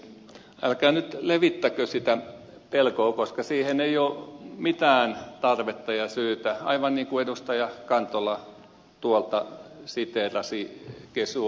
älkää nyt levittäkö sitä pelkoa koska siihen ei ole mitään tarvetta ja syytä aivan niin kuin edustaja kantola tuolta siteerasi kesua